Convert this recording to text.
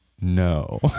no